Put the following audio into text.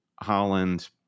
Holland